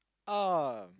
oh